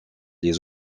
les